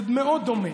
זה מאוד דומה.